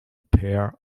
pair